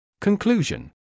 Conclusion